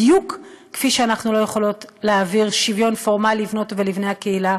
בדיוק כפי שאנחנו לא יכולות להעביר שוויון פורמלי לבנות ולבני הקהילה